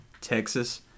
Texas